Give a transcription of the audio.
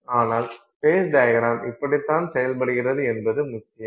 ஆனால் phase diagram இப்படிதான் செயல்படுகிறது என்பதுதான் முக்கியம்